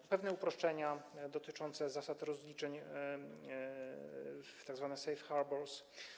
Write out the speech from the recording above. Są pewne uproszczenia dotyczące zasad rozliczeń, tzw. safe harbours.